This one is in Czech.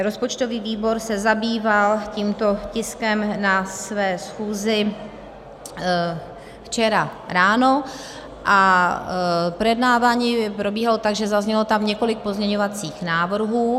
Rozpočtový výbor se zabýval tímto tiskem na své schůzi včera ráno a projednávání probíhalo tak, že tam zaznělo několik pozměňovacích návrhů.